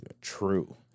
true